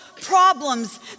problems